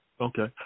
Okay